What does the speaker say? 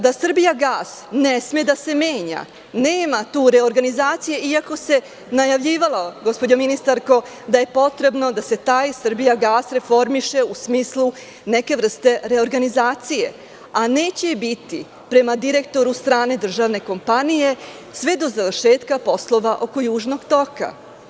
Da „Srbijagas“ ne sme da se menja, nema tu reorganizacije iako se najavljivalo, gospođo ministarko, da je potrebno da se taj „Srbijagas“ reformiše u smislu neke vrste reorganizacije, a neće je biti prema direktoru strane državne kompanije sve do završetka poslova oko Južnog toka.